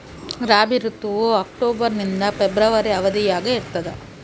ರಾಬಿ ಋತುವು ಅಕ್ಟೋಬರ್ ನಿಂದ ಫೆಬ್ರವರಿ ಅವಧಿಯಾಗ ಇರ್ತದ